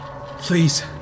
Please